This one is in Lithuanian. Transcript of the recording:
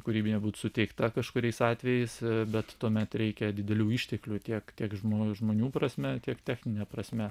kūrybinė būt suteikta kažkuriais atvejais bet tuomet reikia didelių išteklių tiek tiek žmo žmonių prasme tiek technine prasme